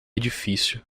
edifício